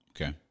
Okay